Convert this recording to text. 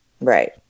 Right